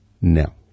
No